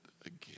again